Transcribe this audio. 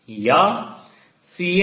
Cn1n